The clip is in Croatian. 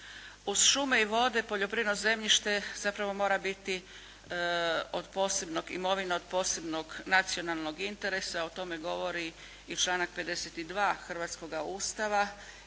Uz šume i vode poljoprivredno zemljište zapravo mora biti od posebnog, imovina od posebnog nacionalnog interesa. O tome govori i članak 52. hrvatskoga Ustava